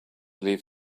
leave